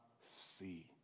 see